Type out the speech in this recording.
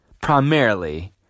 primarily